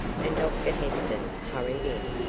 and dr heston hurried in,